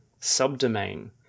subdomain